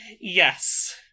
Yes